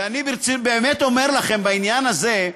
ואני באמת אומר לכם בעניין הזה,